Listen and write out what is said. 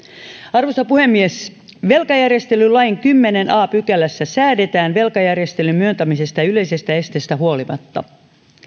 arvoisa puhemies velkajärjestelylain kymmenennessä a pykälässä säädetään velkajärjestelyn myöntämisestä yleisestä esteestä huolimatta